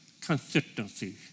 consistency